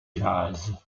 jazz